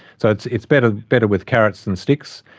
so it's it's better better with carrots than sticks,